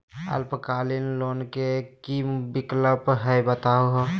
अल्पकालिक लोन के कि कि विक्लप हई बताहु हो?